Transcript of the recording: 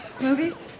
Movies